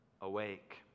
awake